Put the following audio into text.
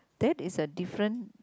that is the different